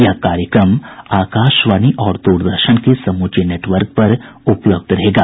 यह कार्यक्रम आकाशवाणी और दूरदर्शन के समूचे नेटवर्क पर उपलब्ध रहेगा